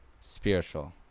spiritual